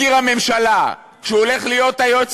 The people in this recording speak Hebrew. גלנט, הוא היה בהקפאה, יואב.